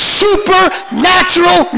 supernatural